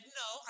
no